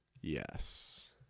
Yes